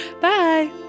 bye